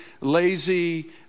lazy